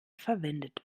verwendet